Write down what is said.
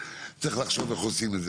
צריך לחשוב איך עושים גם את זה.